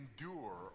endure